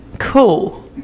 Cool